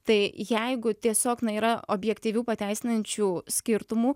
tai jeigu tiesiog na yra objektyvių pateisinančių skirtumų